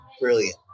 brilliant